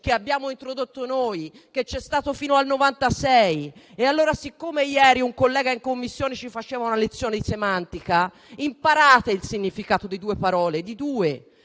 che abbiamo introdotto noi e che c'è stato fino al 1996. E allora, poiché ieri un collega in Commissione ci ha fatto una lezione di semantica, imparate il significato di due parole: verità